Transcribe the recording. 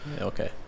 Okay